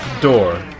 door